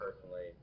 personally